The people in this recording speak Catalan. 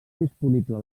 disponible